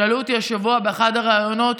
שאלו אותי השבוע באחד הראיונות,